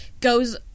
goes